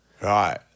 Right